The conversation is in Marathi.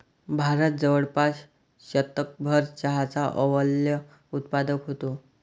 भारत जवळपास शतकभर चहाचा अव्वल उत्पादक होता